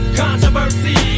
controversy